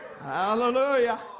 Hallelujah